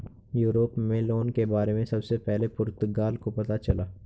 Europe में loan के बारे में सबसे पहले पुर्तगाल को पता चला